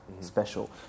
special